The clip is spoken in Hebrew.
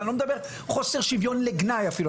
אני לא מדבר על חוסר שוויון לגנאי אפילו,